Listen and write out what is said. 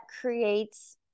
creates